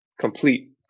complete